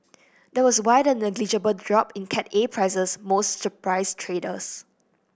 that was why the negligible drop in Cat A prices most surprised traders